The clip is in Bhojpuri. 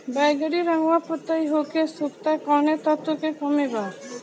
बैगरी रंगवा पतयी होके सुखता कौवने तत्व के कमी बा?